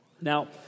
Now